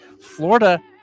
Florida